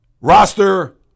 roster